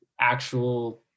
actual